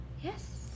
Yes